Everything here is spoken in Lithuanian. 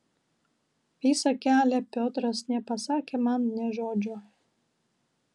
visą kelią piotras nepasakė man nė žodžio